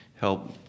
help